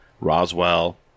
Roswell